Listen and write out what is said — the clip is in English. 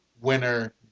winner